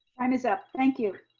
time is up, thank you.